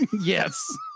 Yes